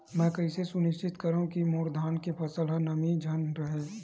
मैं कइसे सुनिश्चित करव कि मोर धान के फसल म नमी झन रहे?